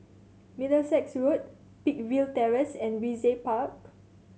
Middlesex Road Peakville Terrace and Brizay Park